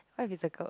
what is the goal